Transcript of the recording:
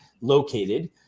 located